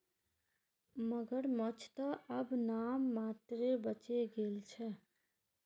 मगरमच्छ त अब नाम मात्रेर बचे गेल छ